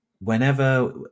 whenever